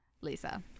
Lisa